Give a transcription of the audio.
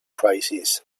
crisis